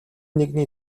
нэгний